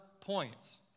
points